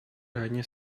ранее